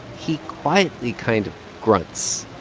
he quietly kind of grunts.